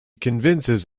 convinces